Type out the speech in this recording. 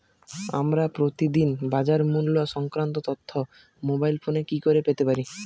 আমরা প্রতিদিন বাজার মূল্য সংক্রান্ত তথ্য মোবাইল ফোনে কি করে পেতে পারি?